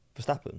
Verstappen